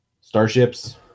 Starships